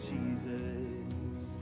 Jesus